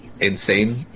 insane